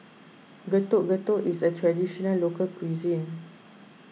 Getuk Getuk is a Traditional Local Cuisine